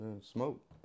Smoke